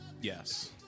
Yes